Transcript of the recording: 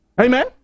Amen